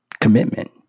commitment